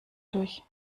durch